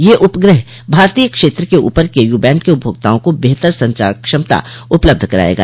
यह उपग्रह भारतीय क्षेत्र के ऊपर केयू बैंड के उपभोक्ताओं को बेहतर संचार क्षमता उपलब्ध करायेगा